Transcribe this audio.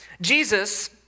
Jesus